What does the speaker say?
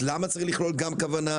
היא לא תכתיב לו אותם, כי הוא לא יקבל אותם.